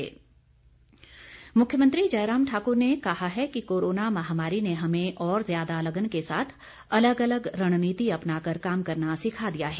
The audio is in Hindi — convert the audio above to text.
मुख्यमंत्री मुख्यमंत्री जयराम ठाकुर ने कहा है कि कोरोना महामारी ने हमें और ज़्यादा लगन के साथ अलग अलग रणनीति अपनाकर काम करना सिखा दिया है